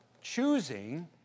choosing